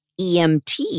EMT